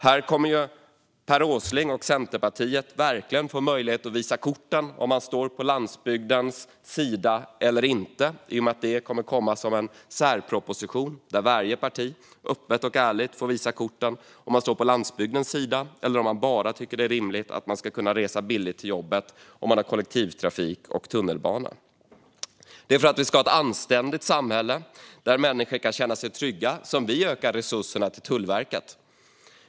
Här kommer Per Åsling och Centerpartiet verkligen att få möjlighet att visa korten - om man står på landsbygdens sida eller inte. I och med att det kommer en särproposition får varje parti, öppet och ärligt, visa korten i fråga om de står på landsbygdens sida eller om de bara tycker att det är rimligt att man ska kunna resa billigt till jobbet om man har kollektivtrafik och tunnelbana. Det är för att vi ska ha ett anständigt samhälle, där människor kan känna sig trygga, som vi ökar resurserna till Tullverket.